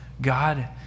God